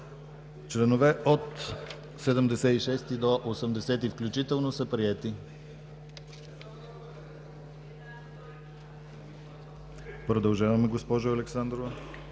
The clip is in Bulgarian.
Членове от 76 до 80 включително, са приети. Продължаваме, госпожо Александрова.